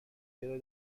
گـره